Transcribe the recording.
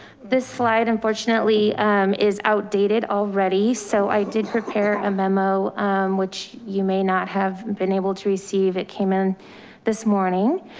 this slide unfortunately is outdated already. so i did prepare a memo which you may not have been able to receive. it came in this morning.